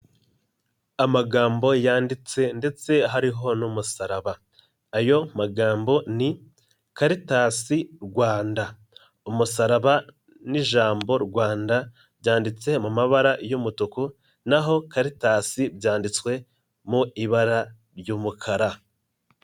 Amagambo yanditse ndetse hariho n'umusaraba, ayo magambo ni Caritas Rwanda, umusaraba n'ijambo Rwanda byanditse mu mabara y'umutuku naho Caritas byanditswe mu ibara ry'umukara.